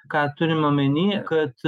ką turime omeny kad